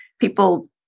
People